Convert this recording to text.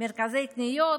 מרכזי קניות,